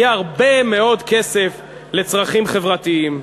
יהיה הרבה מאוד כסף לצרכים חברתיים,